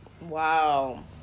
Wow